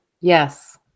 Yes